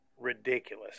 ridiculous